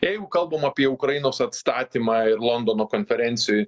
jeigu kalbam apie ukrainos atstatymą ir londono konferencijoj